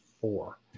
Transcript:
four